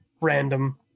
random